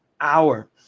hour